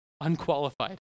unqualified